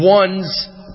one's